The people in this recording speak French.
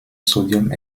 sodium